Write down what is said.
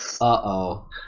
Uh-oh